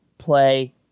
play